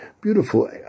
beautiful